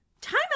time